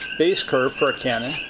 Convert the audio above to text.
base curve for a canon.